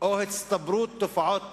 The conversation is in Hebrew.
או הצטברות תופעות טבע,